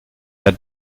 der